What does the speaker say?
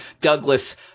Douglas